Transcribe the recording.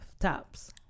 tops